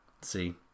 See